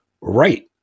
right